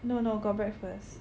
no no got breakfast